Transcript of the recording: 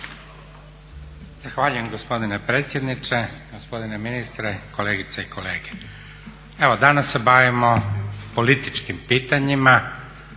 Zahvaljujem gospodine predsjedniče, gospodine ministre, kolegice i kolege. Evo danas se bavimo političkim pitanjima,